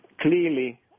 Clearly